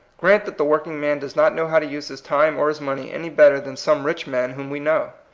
grant that the working-man does not know how to use his time or his money any better than some rich men whom we know.